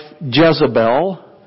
Jezebel